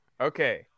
Okay